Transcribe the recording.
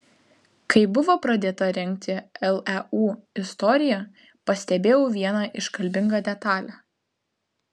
kai buvo pradėta rengti leu istorija pastebėjau vieną iškalbingą detalę